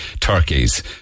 turkeys